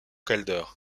calder